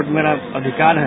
vote मेरा अधिकार है